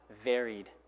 varied